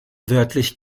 wörtlich